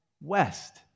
West